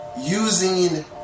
using